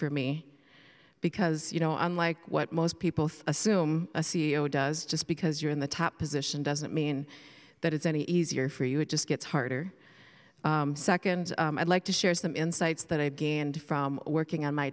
for me because you know unlike what most people assume a c e o does just because you're in the top position doesn't mean that it's any easier for you it just gets harder second i'd like to share some insights that i've gained from working on my